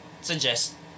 suggest